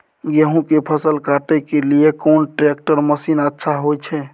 गेहूं के फसल काटे के लिए कोन ट्रैक्टर मसीन अच्छा होय छै?